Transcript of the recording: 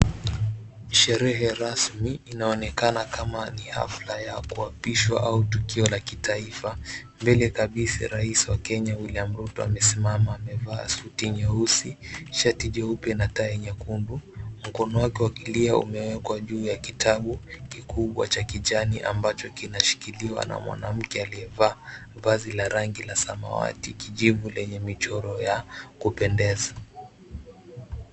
Sherehe rasmi inaonekana kama ni hafla ya kuapishwa au tukio la kitaifa, mbele kabisa rais wa Kenya William Ruto amesimama amevaa suti nyeusi, shati jeupe na tai nyekundu, mkono wake wa kulia umewekwa juu ya kitabu kikubwa cha kijani ambacho kinashikiliwa na mwanamke aliyevaa vazi la rangi ya samawati, kijivu lenye michoro ya kupendeza.